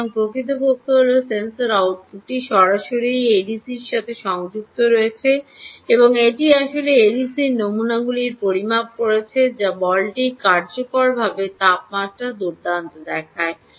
সুতরাং প্রকৃতপক্ষে হল সেন্সর আউটপুটটি সরাসরি এই এডিসির সাথে সংযুক্ত রয়েছে এবং এটি আসলে এডিসির নমুনাগুলি পরিমাপ করছে যা বলটি কার্যকরভাবে তাপমাত্রা দুর্দান্ত দেখায়